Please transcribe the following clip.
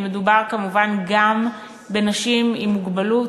מדובר כמובן גם בנשים עם מוגבלות,